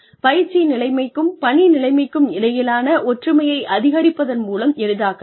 பயிற்சி நிலைமைக்கும் பணி நிலைமைக்கும் இடையிலான ஒற்றுமையை அதிகரிப்பதன் மூலம் எளிதாக்கலாம்